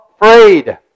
afraid